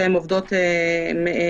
שהן עובדות מדינה,